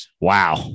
Wow